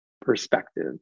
perspective